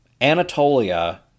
Anatolia